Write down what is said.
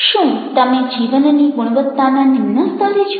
શું તમે જીવનની ગુણવત્તાના નિમ્ન સ્તરે છો